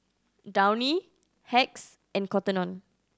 Downy Hacks and Cotton On